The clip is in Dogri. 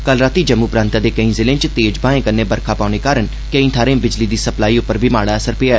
कल रातों जम्मू प्रांता दे केई जिले च तेज ब्हाएं कन्नै बरखा पौने कारण केई थाहरे बिजली दी सप्लाई उप्पर बी माड़ा असर पेआ